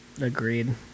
agreed